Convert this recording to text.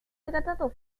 tratado